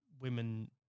women